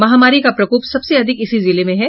महामारी का प्रकोप सबसे अधिक इसी जिले में है